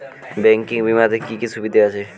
Banking বিমাতে কি কি সুবিধা আছে?